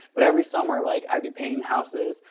but every summer like i'd be painting houses,